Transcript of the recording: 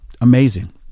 Amazing